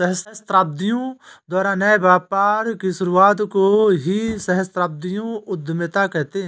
सहस्राब्दियों द्वारा नए व्यापार की शुरुआत को ही सहस्राब्दियों उधीमता कहते हैं